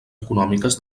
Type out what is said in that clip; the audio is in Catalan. econòmiques